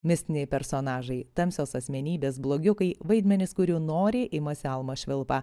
mistiniai personažai tamsios asmenybės blogiukai vaidmenys kurių noriai imasi almas švilpa